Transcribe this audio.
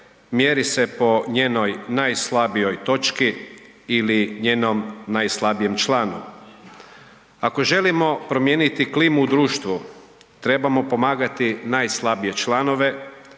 mjeri se po njenoj najslabijoj točki ili njenom najslabijem članu. Ako želimo promijeniti klimu u društvu, trebamo pomagati najslabije članove,